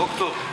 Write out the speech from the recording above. דוקטור.